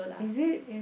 is it is